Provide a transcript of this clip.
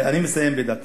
אני מסיים בדקה.